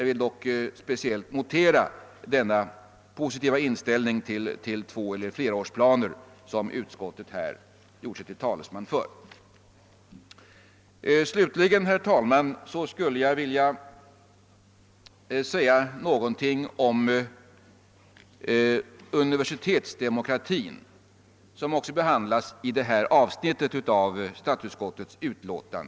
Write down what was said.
Jag noterar dock den positiva inställning till tvåeller flerårsplaner som utskottet har givit uttryck åt. Slutligen vill jag säga någonting om universitetsdemokratin och den försöksverksamhet med nya samarbetsformer som är på gång.